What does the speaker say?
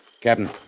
Captain